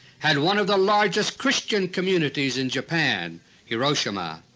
had one of the largest christian communities in japan hiroshima.